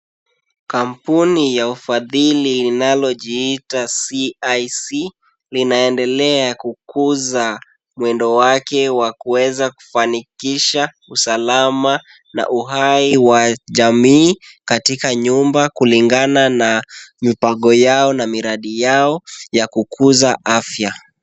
Kampuni ya ufadhili inalojiita CIC, linaendelea kukuza mwendo wake wa kuweza kufanikisha usalama na uhai wa jamii katika nyumba kulingana na mipango yao na miradi yao ya kukuza afya.